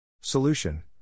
Solution